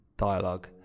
dialogue